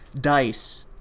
Dice